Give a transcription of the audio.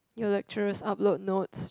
your lecturers upload notes